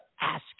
ask